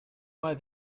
mal